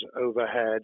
overhead